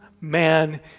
man